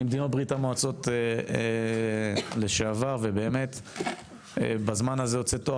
ממדינות ברה"מ לשעבר ובאמת בזמן הזה הוצאת תואר